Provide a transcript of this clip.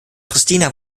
pristina